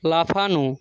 লাফানো